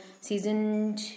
Season